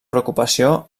preocupació